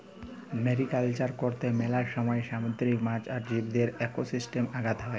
mariculture করত্যে মেলা সময় সামুদ্রিক মাছ আর জীবদের একোসিস্টেমে আঘাত হ্যয়